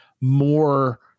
more